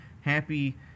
happy